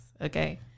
Okay